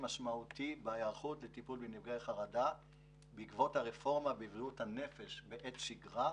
משמעותי בהיערכות לטיפול בנפגעי חרדה בעקבות הרפורמה בבריאות הנפש בעת שגרה,